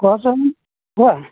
কোৱাচোন কোৱা